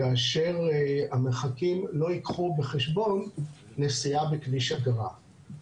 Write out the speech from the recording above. כאשר המרחקים לא ייקחו בחשבון נסיעה בכביש אגרה,